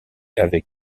avec